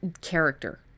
character